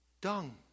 Dung